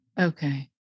Okay